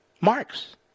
Marx